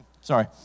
Sorry